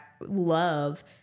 love